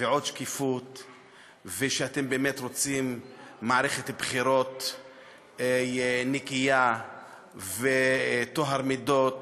שקיפות ועוד שקיפות ושאתם באמת רוצים מערכת בחירות נקייה וטוהר מידות,